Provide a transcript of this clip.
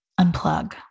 unplug